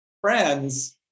friends